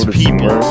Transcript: people